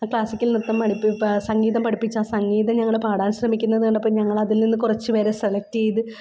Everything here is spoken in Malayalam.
ക്ലാസ്സിക്കൽ നൃത്തം പഠിപ്പിച്ച സംഗീതം പഠിപ്പിച്ച ആ സംഗീതം ഞങ്ങൾ പാടാൻ ശ്രമിക്കുന്നത് കണ്ടപ്പോൾ ഞങ്ങളതിൽ നിന്ന് കുറച്ചുപേരെ സെലക്ട് ചെയ്ത്